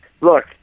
look